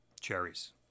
Cherries